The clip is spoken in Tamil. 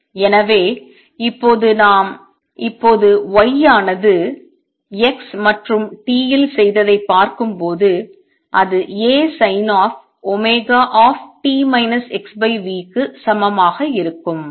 எனவே இப்போது நாம் இப்போது y ஆனது x மற்றும் t இல் செய்ததைப் பார்க்கும்போது அது A sin of ω t x v க்கு சமமாக இருக்கும்